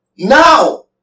Now